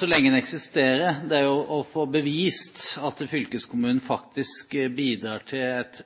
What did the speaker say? så lenge den eksisterer, er å få bevist at fylkeskommunen faktisk bidrar til et